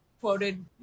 quoted